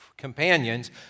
companions